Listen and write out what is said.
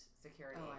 Security